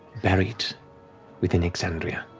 buried within exandria.